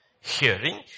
hearing